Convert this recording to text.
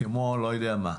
כמו, אני לא יודע מה,